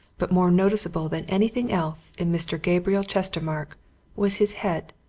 but more noticeable than anything else in mr. gabriel chestermarke was his head,